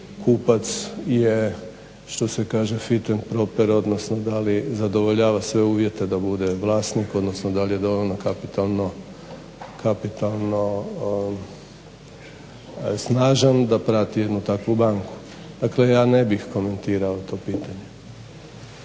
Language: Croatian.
kaže fitting proper odnosno da li zadovoljava sve uvjete da bude vlasnik, odnosno da li je dovoljno kapitalno snažan da prati jednu takvu banku. Dakle ja ne bih komentirao to pitanje.